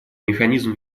механизм